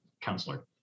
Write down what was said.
counselor